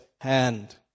hand